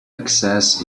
access